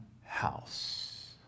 house